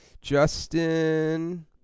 Justin